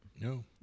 No